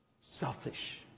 selfish